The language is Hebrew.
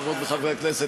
חברות וחברי הכנסת,